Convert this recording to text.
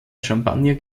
champagner